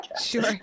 Sure